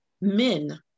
men